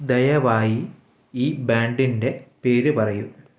ദയവായി ഈ ബാൻഡിൻ്റെ പേരു പറയൂ